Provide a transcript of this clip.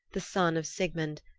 the son of sigmund,